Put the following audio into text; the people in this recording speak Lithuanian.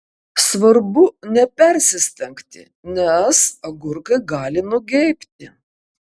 svarbu nepersistengti nes agurkai gali nugeibti